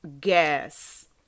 gas